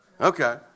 Okay